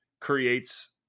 creates